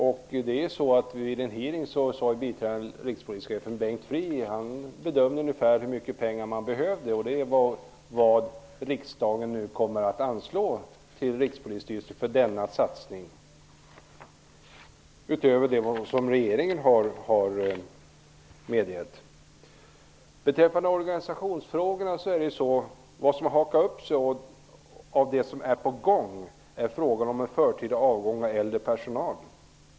Vid en utfrågning bedömde biträdande rikspolischefen Bengt Frih hur mycket pengar man ungefär behövde. Det motsvarar vad riksdagen nu kommer att anslå till Rikspolisstyrelsen utöver vad regeringen har medgett för denna satsning. Vad som har hakat upp sig och vad som är på gång när det gäller organisationsfrågorna är frågan om förtida avgång av äldre personal.